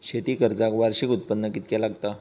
शेती कर्जाक वार्षिक उत्पन्न कितक्या लागता?